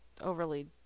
overly